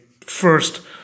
first